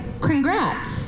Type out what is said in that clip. Congrats